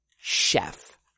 chef